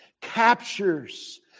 captures